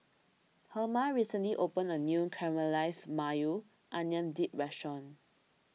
Herma recently opened a new Caramelized Maui Onion Dip restaurant